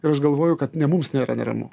ir aš galvoju kad ne mums nėra neramu